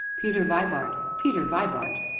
peter vibart! peter vibart!